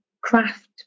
craft